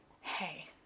hey